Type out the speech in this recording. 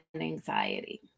anxiety